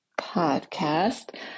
Podcast